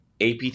APT